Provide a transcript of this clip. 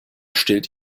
stillt